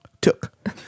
Took